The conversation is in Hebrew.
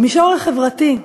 במישור החברתי,